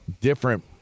different